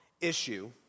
issue